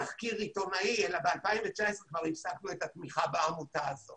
לתחקיר עיתונאי את התמיכה בעמותה הזאת